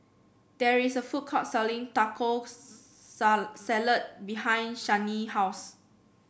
there is a food court selling Taco Sa Salad behind Shianne house